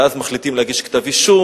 ואז מחליטים להגיש כתב אישום.